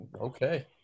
okay